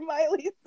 Miley